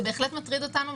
זה בהחלט מטריד אותנו.